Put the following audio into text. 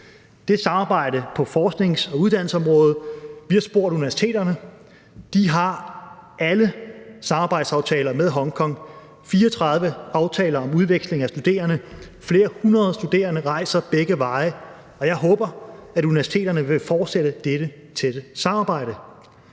et samarbejde på forsknings- og uddannelsesområdet. Vi har spurgt universiteterne. De har alle samarbejdsaftaler med Hongkong. Der er 34 aftaler om udveksling af studerende. Flere hundrede studerende rejser begge veje. Og jeg håber, at universiteterne vil fortsætte dette tætte samarbejde.